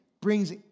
brings